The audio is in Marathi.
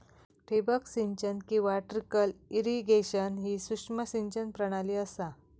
ठिबक सिंचन किंवा ट्रिकल इरिगेशन ही सूक्ष्म सिंचन प्रणाली असा